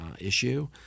issue